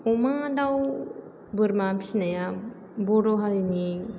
अमा दाव बोरमा फिसिनाया बर' हारिनि